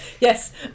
Yes